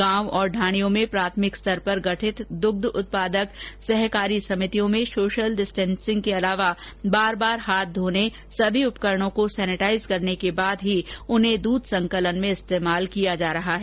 गांव और ढाणियों में प्राथमिक स्तर पर गठित दृग्ध उत्पादक सहकारी समितियों में सोशल डिस्टेन्सिंग के अलावा बार बार हाथ धोने सभी उपकरणों को सेनेटाईज करने के बाद ही उन्हें दूध संकलन में इस्तेमाल किया जा रहा है